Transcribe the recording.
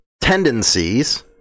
tendencies